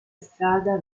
strada